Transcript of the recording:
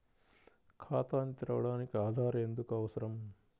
ఖాతాను తెరవడానికి ఆధార్ ఎందుకు అవసరం?